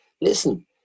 listen